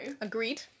Agreed